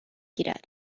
گیرد